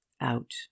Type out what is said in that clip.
out